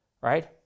right